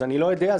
אז אני לא יודע.